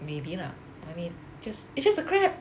maybe lah I mean just it's just a crab